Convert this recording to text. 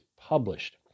published